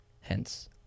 Hence